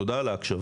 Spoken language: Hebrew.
תודה על ההקשבה,